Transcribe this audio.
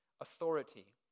authority